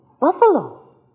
Buffalo